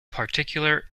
particular